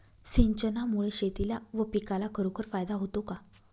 सिंचनामुळे शेतीला व पिकाला खरोखर फायदा होतो का?